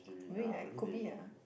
maybe like could be ah